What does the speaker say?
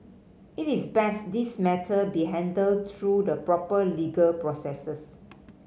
it is best this matter be handled through the proper legal processes